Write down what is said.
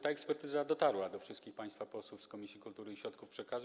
Ta ekspertyza dotarła do wszystkich państwa posłów z Komisji Kultury i Środków Przekazu.